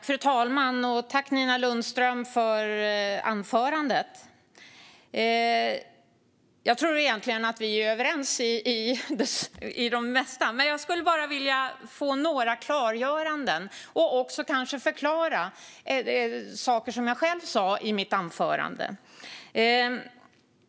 Fru talman! Tack, Nina Lundström, för anförandet! Jag tror egentligen att vi är överens om det mesta, men jag skulle vilja få några klargöranden och också få förklara sådant som jag själv sa i mitt anförande.